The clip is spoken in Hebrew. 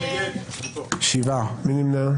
מי נמנע?